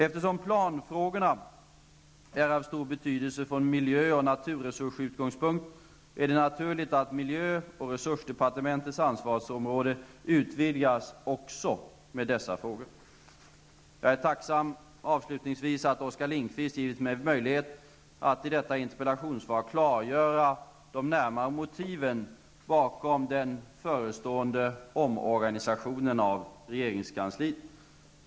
Eftersom planfrågorna är av stor betydelse från miljö och naturresurssynpunkt, är det naturligt att miljö och resursdepartementets ansvarsområde utvidgas också med dessa frågor. Jag är tacksam för att Oskar Lindkvist givit mig möjlighet att i detta interpellationssvar klargöra de närmare motiven bakom den förestående omorganisationen av regeringskansliet.